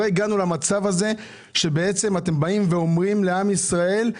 לא הגענו למצב שבו אתם אומרים לעם ישראל: